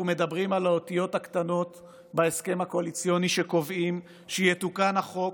אנחנו מדברים על האותיות הקטנות בהסכם הקואליציוני שקובעות שיתוקן החוק